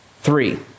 Three